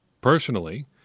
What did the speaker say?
Personally